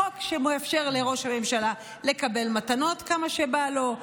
חוק שמאפשר לראש הממשלה לקבל מתנות כמה שבא לו,